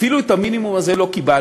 אפילו את המינימום הזה לא קיבלנו.